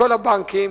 כל הבנקים,